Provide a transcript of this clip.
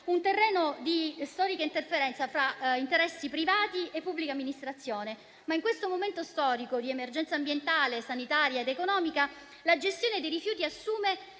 un terreno di storica interferenza fra interessi privati e pubblica amministrazione. In questo momento storico di emergenza ambientale, sanitaria ed economica, la gestione dei rifiuti assume